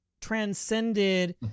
transcended